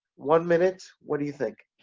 one minute, what do you think?